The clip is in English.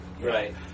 Right